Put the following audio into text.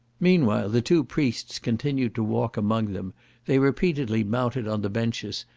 meanwhile the two priests continued to walk among them they repeatedly mounted on the benches,